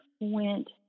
went